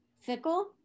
fickle